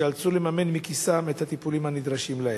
שייאלצו לממן מכיסם את הטיפולים הנדרשים להם?